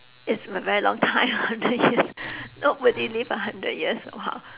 it's a very long time hundred years nobody live a hundred years !wow!